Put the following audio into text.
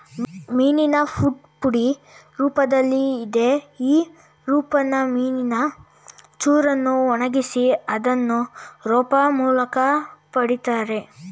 ಮೀನಿನ ಫುಡ್ ಪುಡಿ ರೂಪ್ದಲ್ಲಿದೆ ಈ ರೂಪನ ಮೀನಿನ ಚೂರನ್ನ ಒಣಗ್ಸಿ ಅದ್ನ ರುಬ್ಬೋಮೂಲ್ಕ ಪಡಿತಾರೆ